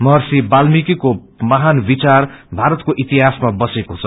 महर्षि वाल्मिकी महान वियार भारताके इतिहासमा बसेको छ